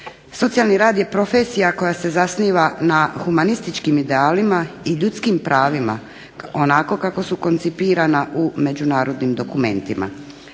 Socijalni rad je profesija koja se zasniva na humanističkim idealima i ljudskim pravima onako kako su koncipirana u međunarodnim dokumentima.